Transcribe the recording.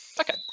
Okay